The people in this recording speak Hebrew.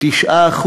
9%,